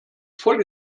voll